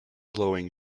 blowing